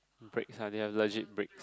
breaks ah they have legit breaks